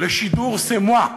לשידור c'est moi.